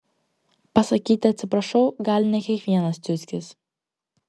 pasakyti atsiprašau gali ne kiekvienas ciuckis